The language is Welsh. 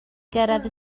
gyrraedd